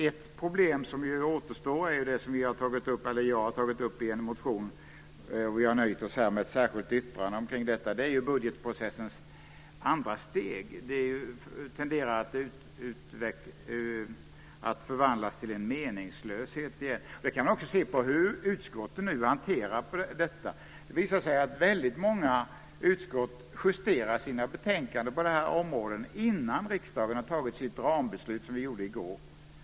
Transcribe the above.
Ett problem som återstår är det som jag har tagit upp i en motion. Vi har här nöjt oss med ett särskilt yttrande om det. Det gäller budgetprocessens andra steg. Det tenderar att förvandlas till en meningslöshet. Det kan man också se på hur utskotten hanterar det. Det visar sig att väldigt många utskott justerar sina betänkanden på dessa områden innan riksdagen har fattat sitt rambeslut, som vi gjorde i går.